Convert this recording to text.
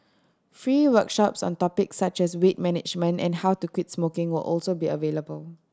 free workshops on topics such as weight management and how to quit smoking will also be available